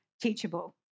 teachable